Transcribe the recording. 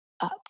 up